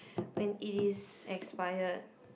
when it is expired